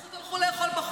הם פשוט הלכו לאכול בחוץ,